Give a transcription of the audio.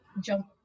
jump